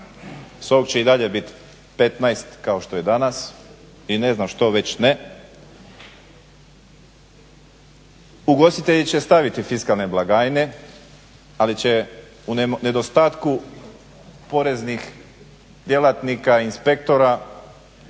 8, sok će i dalje biti 15 kao što je danas i ne znam što već ne, ugostitelji će staviti fiskalne blagajne, ali će u nedostatku poreznih djelatnika i inspektora